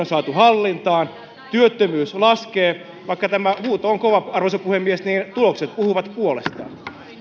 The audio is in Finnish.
on saatu hallintaan työttömyys laskee vaikka tämä huuto on kova arvoisa puhemies tulokset puhuvat puolestaan